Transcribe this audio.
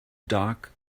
doc